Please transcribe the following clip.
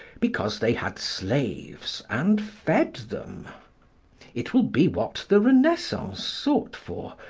because they had slaves, and fed them it will be what the renaissance sought for,